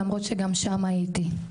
למרות שגם שם הייתי,